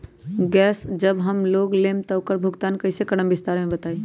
Gas जब हम लोग लेम त उकर भुगतान कइसे करम विस्तार मे बताई?